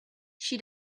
she